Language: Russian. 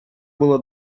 была